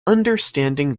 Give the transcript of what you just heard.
understanding